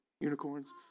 unicorns